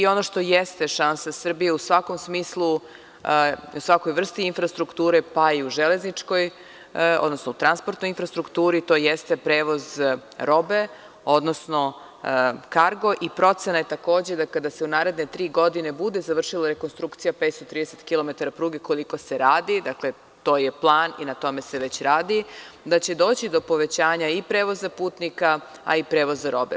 Ono što jeste šansa Srbije u svakom smislu i u svakoj vrsti infrastrukture, pa i u železničkoj, odnosno u transportnoj infrastrukturi, to jeste prevoz robe odnosno kargo i procena je takođe da kada se u naredne tri godine bude završila rekonstrukcija 530 km pruge koliko se radi, to je plan i na tome se već radi, da će doći do povećanja i prevoza putnika a i prevoza robe.